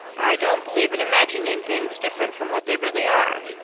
i don't believe in imagining things different from what they really are,